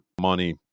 money